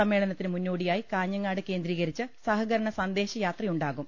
സമ്മേളനത്തിന് മുന്നോടിയായി കാഞ്ഞങ്ങാട് കേന്ദ്രീകരിച്ച് സഹകരണ സന്ദേശയാത്രയുണ്ടാകും